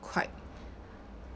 quite